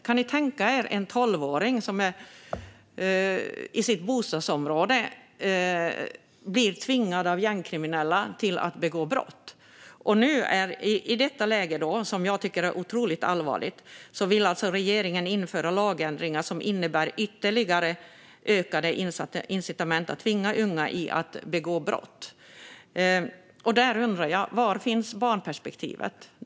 Kan ni tänka er en tolvåring som i sitt bostadsområde blir tvingad av gängkriminella att begå brott? I detta mycket allvarliga läge vill regeringen införa lagändringar som innebär ett ökat incitament att tvinga unga att begå brott. Var finns barnperspektivet i detta?